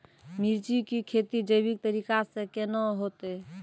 मिर्ची की खेती जैविक तरीका से के ना होते?